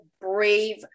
brave